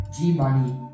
G-Money